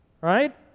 right